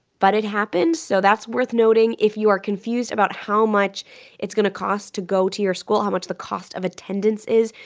but it happens, so that's worth noting. if you are confused about how much it's going to cost to go to your school, how much the cost of attendance is,